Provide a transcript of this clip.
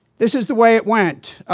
this is the way it went.